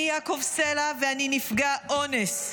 אני יעקב סלע ואני נפגע אונס".